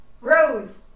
Rose